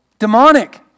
demonic